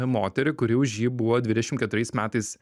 moterį kuri už jį buvo dvidešimt keturiais metais